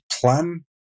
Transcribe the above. plan